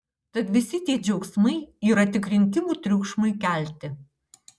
tad visi tie džiaugsmai yra tik rinkimų triukšmui kelti